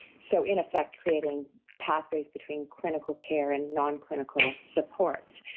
so, in effect creating pathways between clinical care and non-clinical supports.